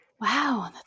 Wow